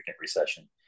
recession